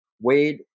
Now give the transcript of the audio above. Wade